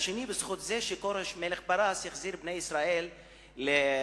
והשני בזכות זה שכורש מלך פרס החזיר את בני-ישראל לארץ-ישראל.